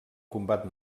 combat